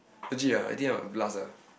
legit ah I think I will plus ah